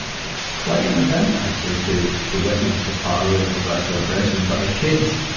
it's quite an event, actually, to, to witness the power of of that celebration. but as kids,